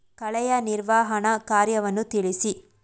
ಕಳೆಯ ನಿರ್ವಹಣಾ ಕಾರ್ಯವನ್ನು ತಿಳಿಸಿ?